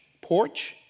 porch